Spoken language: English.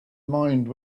mind